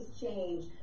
change